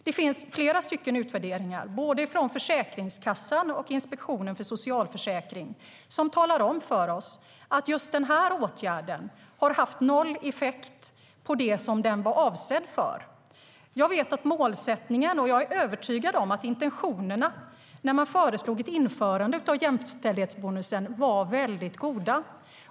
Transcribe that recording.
Det finns flera utvärderingar, både från Försäkringskassan och från Inspektionen för socialförsäkringen, som talar om för oss att just den här åtgärden har haft noll effekt på det som den var avsedd för. Jag är övertygad om att intentionerna när man föreslog ett införande av jämställdhetsbonusen var väldigt goda.